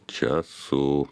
čia su